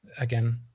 again